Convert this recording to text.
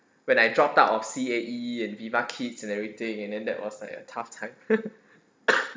when I dropped out of C_A_E and viva kids and everything and then that was like a tough time